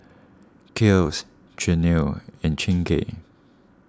Kiehl's Chanel and Chingay